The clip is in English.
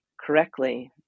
correctly